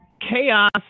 chaos